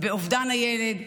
באובדן הילד,